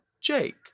Jake